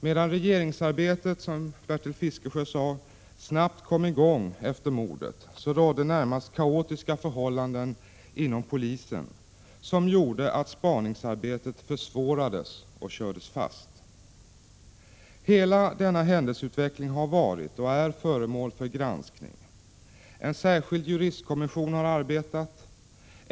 Medan regeringsarbetet, som Bertil Fiskesjö sade, snabbt kom i gång efter mordet, rådde närmast kaotiska förhållanden inom polisen, vilket gjorde att spaningsarbetet försvårades och körde fast. Hela denna händelseutveckling har varit och är föremål för granskning. En särskild juristkommission har arbetat.